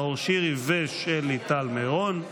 נאור שירי ושלי טל מירון.